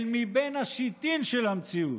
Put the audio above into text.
אל מבין השיטין של המציאות.